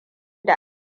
da